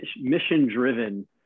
mission-driven